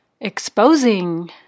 exposing